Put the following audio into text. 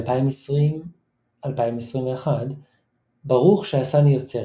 ב-2020–2021 "ברוך שעשני יוצרת".